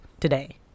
today